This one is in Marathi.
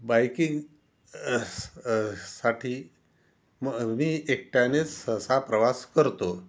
बायकिंग साठी मग मी एकट्याने सहसा प्रवास करतो